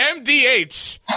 Mdh